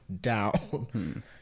down